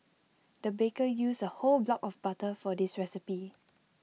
the baker used A whole block of butter for this recipe